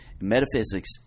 Metaphysics